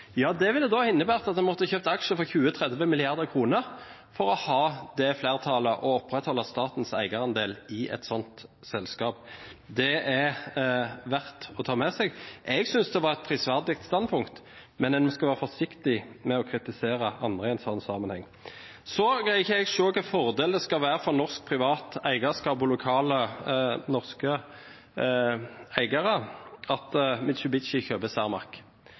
Ja, det ville innebåret at man måtte kjøpt aksjer for 20-30 mrd. kr for å ha det flertallet og opprettholde statens eierandel i et sånt selskap. Det er verdt å ta med seg. Jeg syns det var et prisverdig standpunkt, men en skal være forsiktig med å kritisere andre i en sånn sammenheng. Så greier ikke jeg å se hvilken fordel det skal være for norsk privat eierskap og lokale norske eiere, at Mitsubishi kjøper